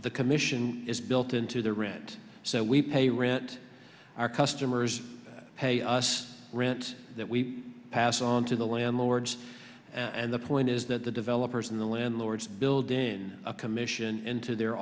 the commission is built into the rent so we pay rent our customers pay us rent that we pass on to the landlords and the point is that the developers and the landlords build in a commission into their